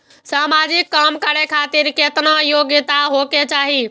समाजिक काम करें खातिर केतना योग्यता होके चाही?